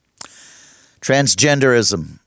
Transgenderism